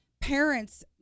parents